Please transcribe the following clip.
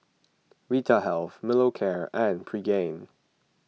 Vitahealth Molicare and Pregain